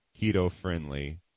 keto-friendly